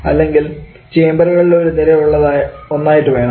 അല്ലെങ്കിൽ ചേംബറുകളുടെ ഒരു നിര ഉള്ള ഒന്നായിട്ട് വേണം